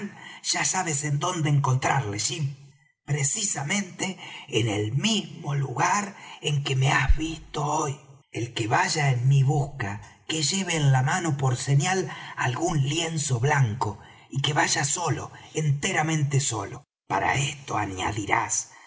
ya sabes en donde encontrarle jim precisamente en el mismo lugar en que me has visto hoy el que vaya en mi busca que lleve en la mano por señal algún lienzo blanco y que vaya solo enteramente solo para esto añadirás ben